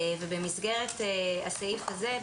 במסגרת הסעיף הזה,